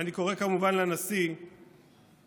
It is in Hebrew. ואני קורא כמובן לנשיא לתת,